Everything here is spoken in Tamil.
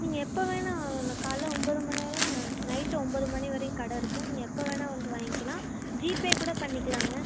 நீங்கள் எப்போ வேணால் வாங்க நான் காலைல ஒம்பது மணி நைட்டு ஒம்பது மணிவரையும் கடை இருக்கும் நீங்கள் எப்போ வேணால் வந்து வாங்கிக்கலாம் ஜிபே கூட பண்ணிக்கிலாங்க